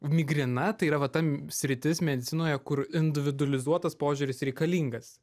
migrena tai yra va ta sritis medicinoje kur individualizuotas požiūris reikalingas